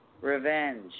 Revenge